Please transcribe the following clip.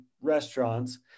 restaurants